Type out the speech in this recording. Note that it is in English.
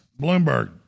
Bloomberg